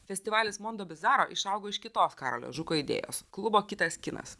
festivalis mondobizaro išaugo iš kitos karolio žuko idėjos klubo kitas kinas